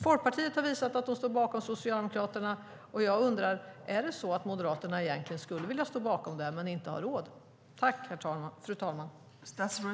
Folkpartiet har visat att de står bakom Socialdemokraterna. Jag undrar: Är det så att Moderaterna egentligen skulle vilja stå bakom det men inte har råd?